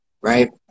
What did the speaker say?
right